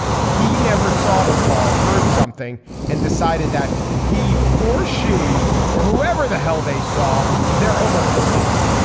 he never saw the call heard something and decided that he or she or whoever the hell they saw there almost the spy.